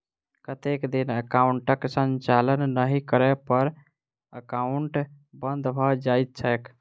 कतेक दिन एकाउंटक संचालन नहि करै पर एकाउन्ट बन्द भऽ जाइत छैक?